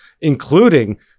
including